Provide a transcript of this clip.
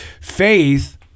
Faith